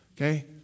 Okay